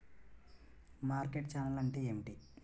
Market channel అంటే ఏమిటి?